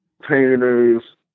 painters